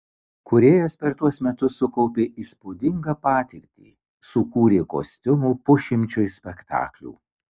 kūrėjas per tuos metus sukaupė įspūdingą patirtį sukūrė kostiumų pusšimčiui spektaklių